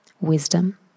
wisdom